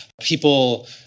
People